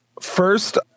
First